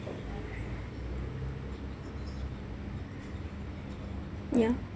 ya